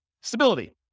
Stability